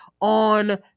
on